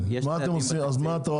יש צעדים --- אז מה אתם עושים?